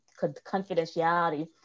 confidentiality